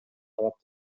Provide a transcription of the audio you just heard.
талап